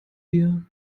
wir